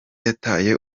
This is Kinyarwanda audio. yataye